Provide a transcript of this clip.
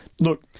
Look